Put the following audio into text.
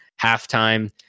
halftime